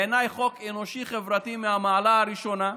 בעיניי, חוק אנושי חברתי מהמעלה הראשונה,